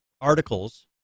articles